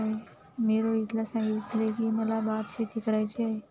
मी रोहितला सांगितले की, मला भातशेती करायची आहे